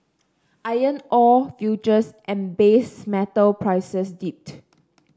iron ore futures and base metal prices dipped